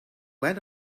went